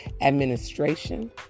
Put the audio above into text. administration